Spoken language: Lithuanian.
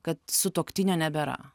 kad sutuoktinio nebėra